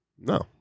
No